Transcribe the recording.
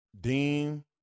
Dean